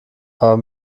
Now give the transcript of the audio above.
aber